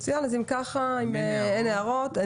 אם אין הערות,